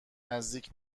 نزدیک